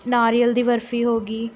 ਨਾਰੀਅਲ ਦੀ ਬਰਫ਼ੀ ਹੋ ਗਈ